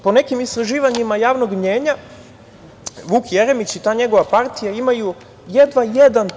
Po nekim istraživanjima javnog mnjenja, Vuk Jeremić i ta njegova partija imaju jedva 1%